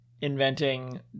inventing